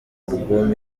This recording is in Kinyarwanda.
album